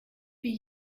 wie